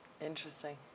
Interesting